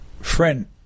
friend